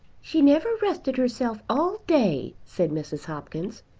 she never rested herself all day, said mrs. hopkins,